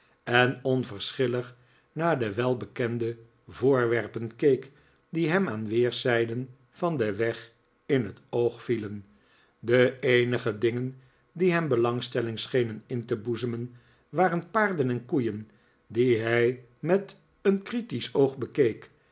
en onverschillig naar de welbekende voorwerpen keek die hem aan weerszijden van den weg in het oog vielen de eenige dingen die hem belangstelling schenen in te boezemen waren paarden en koeien die hij met een critisch oog bekeek